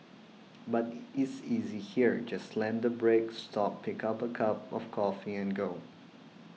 but is easy here just slam the brake stop pick a cup of coffee and go